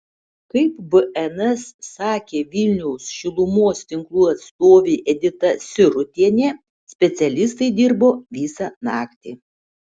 kaip bns sakė vilniaus šilumos tinklų atstovė edita sirutienė specialistai dirbo visą naktį